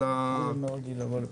אנחנו מציעים לומר: